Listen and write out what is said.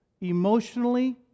emotionally